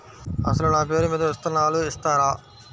అసలు నా పేరు మీద విత్తనాలు ఇస్తారా?